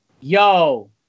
Yo